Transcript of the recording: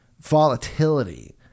volatility